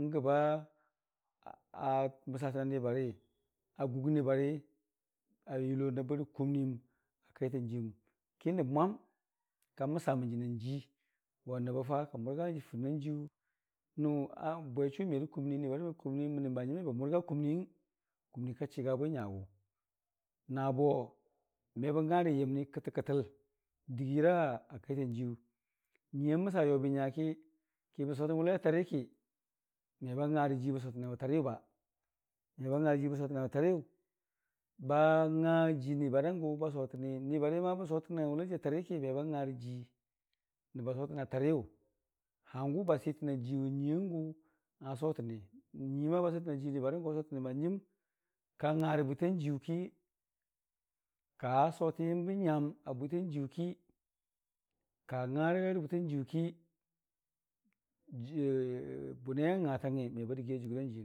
n'gəba məsatəna nibari a guk ni bari a yulo nəbbarə kumnii yəm a kaitanjiiyu kinəb mwani ka məssa mən jəna jiiyu ago nəbba ka mʊrga fʊrnanjiiyu nʊ bwe chʊwi merə kumnii ni bari merə kumnii bahanjiim abe mʊga kumniiyəng kumnii ka chiga bwi nyagʊ nabo mebə ngarə yəmni kətəkətəl dɨgiira kaitan jiiyu, nyuii a məsa yobi nyaki kəbən sotən'wʊlai a tariki meba nga rə jii n'sotəne wa tariyʊ meba nga rə jii n'sotəne wa tariyʊ, ba nga rə jii nibara gʊba sotəni nibarinyang bənsotəne wʊlai jii atarikimeba ngarə jii nəb asotəne watariyʊ, hangʊ ba sitən a jii nyuiiyangʊ asotəni nyuii ba sitəna jii nibatangʊ a sotəni n'hanjiim ka nga rə bwi tan jiiyu ki, kaastən yəmbə nyam abwitan jiiyuki ka ngaga rə bwitan jiiyu ki bʊnaiya ngatangngi meba dɨgii a bwitan jiiyu.